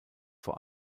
vor